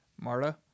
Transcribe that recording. Marta